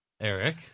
Eric